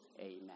Amen